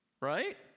right